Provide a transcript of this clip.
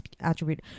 attribute